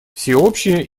всеобщее